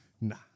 Nah